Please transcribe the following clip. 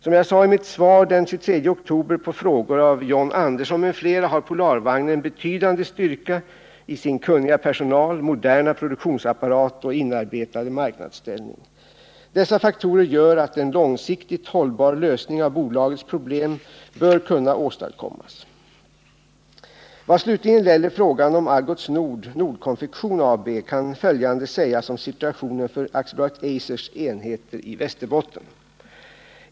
Som jag sade i mitt svar den 23 oktober på frågor av John Andersson m.fl. har Polarvagnen en betydande styrka i sin kunniga personal, moderna produktionsapparat och inarbetade marknadsställning. Dessa faktorer gör att en långsiktigt hållbar lösning av bolagets problem bör kunna åstadkommas. Vad slutligen gäller frågan om Algots Nord/Nordkonfektion AB kan följande sägas om situationen för AB Eisers enheter i Västerbotten.